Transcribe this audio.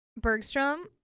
Bergstrom